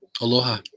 Aloha